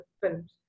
films